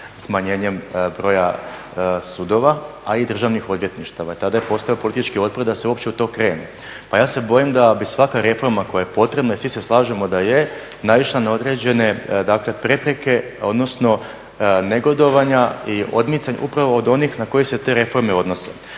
smanjenjem broja sudova, a i državnih odvjetništava. Tada je postojao politički otpor da se uopće u to krene. Pa ja se bojim da bi svaka reforma koja je potrebna i svi se slažemo da je naišla na određene prepreke odnosno negodovanja upravo od onih na koje se te reforme odnose.